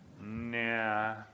Nah